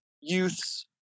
youths